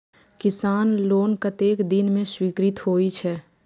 किसान लोन कतेक दिन में स्वीकृत होई छै?